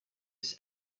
this